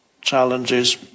challenges